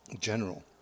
general